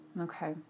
Okay